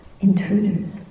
intruders